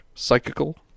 Psychical